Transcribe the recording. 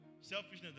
Selfishness